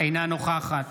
אינה נוכחת